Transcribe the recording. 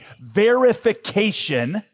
verification